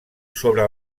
sobre